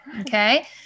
Okay